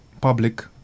public